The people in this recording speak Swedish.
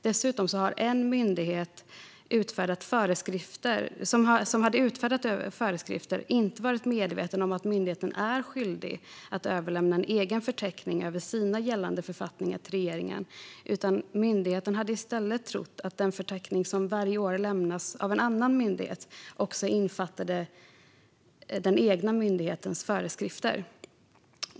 Dessutom har en myndighet som hade utfärdat föreskrifter inte varit medveten om att myndigheten är skyldig att överlämna en egen förteckning över sina gällande författningar till regeringen. Myndigheten har i stället trott att den förteckning som varje år lämnas av en annan myndighet också omfattade den egna myndighetens föreskrifter.